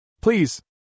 Please